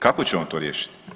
Kako će on to riješiti?